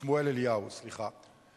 שמואל אליהו, סליחה.